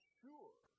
sure